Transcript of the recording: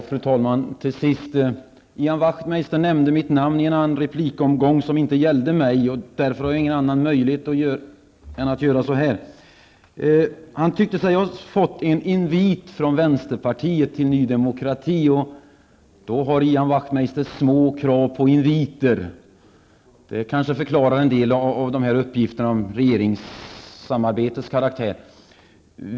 Fru talman! Ian Wachtmeister nämnde mitt namn i en replikomgång som inte gällde mig. Därför måste jag begära ordet igen. Ian Wachtmeister tyckte sig ha fått en invit från vänsterpartiet till Ny Demokrati. Men då har Ian Wachtmeister små krav på inviter. Det kanske förklarar en del av uppgifterna om regeringssamarbetets karaktär.